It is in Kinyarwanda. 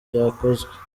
byakozwe